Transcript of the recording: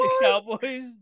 Cowboys